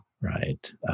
right